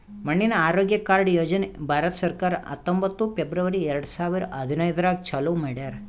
ಮಣ್ಣಿನ ಆರೋಗ್ಯ ಕಾರ್ಡ್ ಯೋಜನೆ ಭಾರತ ಸರ್ಕಾರ ಹತ್ತೊಂಬತ್ತು ಫೆಬ್ರವರಿ ಎರಡು ಸಾವಿರ ಹದಿನೈದರಾಗ್ ಚಾಲೂ ಮಾಡ್ಯಾರ್